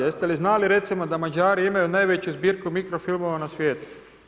Jeste li znali recimo da Mađari imaju najveću zbirku mikrofilmova na svijetu?